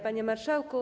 Panie Marszałku!